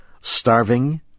Starving